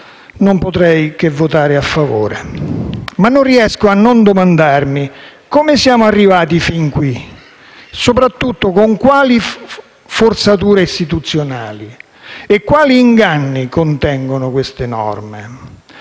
non potrei che votare a favore. Ma non riesco a non domandarmi: come siamo arrivati fin qui? E soprattutto, con quali forzature istituzionali? E quali inganni contengono queste norme?